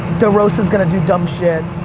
derosa's gonna do dumb shit.